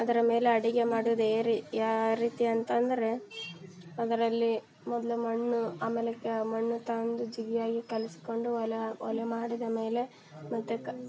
ಅದ್ರ ಮೇಲೆ ಅಡಿಗೆ ಮಾಡೋದ್ ಯಾರೆ ಯಾ ರೀತಿ ಅಂತಂದ್ರೆ ಅದ್ರಲ್ಲಿ ಮೊದಲು ಮಣ್ಣು ಆಮೇಲೆ ಕ್ಯ ಮಣ್ಣು ತಂದು ಜಿಗಿಯಾಗಿ ಕಲಸ್ಕೊಂಡು ಒಲೆ ಒಲೆ ಮಾಡಿದ ಮೇಲೆ ಮತ್ತು ಕಾ